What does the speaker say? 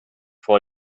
vor